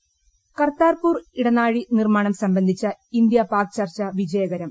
കർതാർപൂർ കർതാർപൂർ ഇടനാഴി നിർമ്മാണം സംബന്ധിച്ച ഇന്ത്യാ പാക് ചർച്ച വിജയകരം